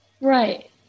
Right